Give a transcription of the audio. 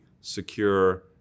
secure